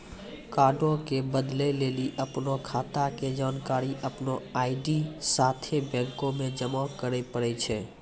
कार्डो के बदलै लेली अपनो खाता के जानकारी अपनो आई.डी साथे बैंको मे जमा करै पड़ै छै